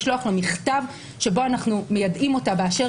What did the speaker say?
לשלוח לה מכתב שבו אנו מיידעים אותה באשר